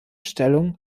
stellung